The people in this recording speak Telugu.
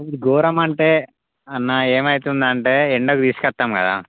ఇప్పుడు ఘోరం అంటే అన్న ఏం అవుతుందంటే ఎండ తీసుకొస్తాం కదా